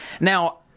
Now